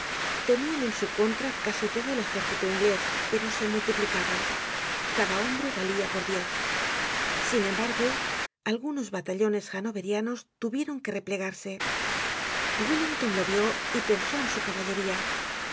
tenían en su contra casi todo el ejército inglés pero se multiplicaban cada hombre valia por diez sin embargo algunos batallones haunoverianos tuvieron que replegarse wellington lo vió y pensó en su caballería